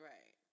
Right